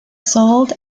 sold